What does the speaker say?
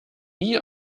nie